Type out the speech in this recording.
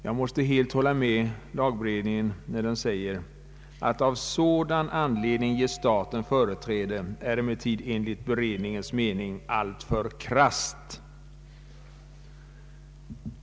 Jag måste helt hålla med lagberedningen när den skriver, ”att av sådan anledning ge staten företräde är emellertid enligt beredningens mening alltför krasst”.